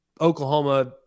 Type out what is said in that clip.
Oklahoma